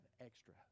extra